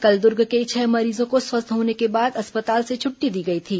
कल दुर्ग के छह मरीजों को स्वस्थ होने के बाद अस्पताल से छुट्टी दी गई थी